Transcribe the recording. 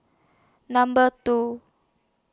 Number two